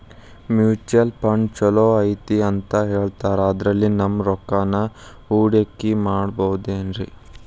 Mutual fund ಛಲೋ ಅದಾ ಅಂತಾ ಹೇಳ್ತಾರ ಅದ್ರಲ್ಲಿ ನಮ್ ರೊಕ್ಕನಾ ಹೂಡಕಿ ಮಾಡಬೋದೇನ್ರಿ?